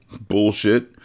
Bullshit